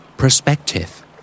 Perspective